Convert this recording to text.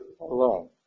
alone